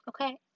okay